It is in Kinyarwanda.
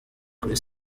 kuri